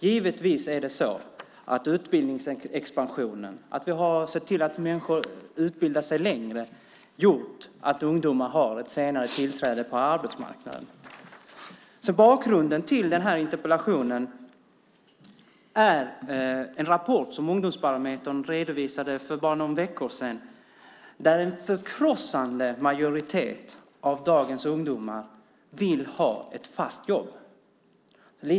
Givetvis har utbildningsexpansionen - att människor utbildar sig under längre tid - gjort att ungdomar har ett senare inträde på arbetsmarknaden. Bakgrunden till interpellationen är en rapport som Ungdomsbarometern redovisade för bara någon vecka sedan. Rapporten visar att en förkrossande majoritet av dagens ungdomar vill ha ett fast jobb.